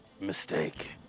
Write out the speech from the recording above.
mistake